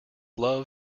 love